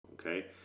Okay